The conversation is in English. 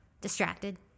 distracted